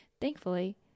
Thankfully